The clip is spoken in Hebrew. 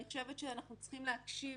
אני חושבת שאנחנו צריכים להקשיב,